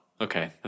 okay